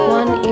one